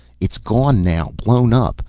it's gone now, blown up.